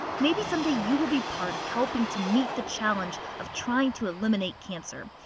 maybe someday you will be part of helping to meet the challenge of trying to eliminate cancer,